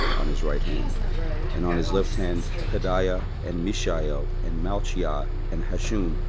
on his right hand and on his left hand, pedaiah, and mishael, and malchiah, and hashum,